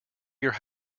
your